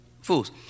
Fools